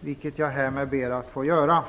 vilket jag härmed ber att få göra.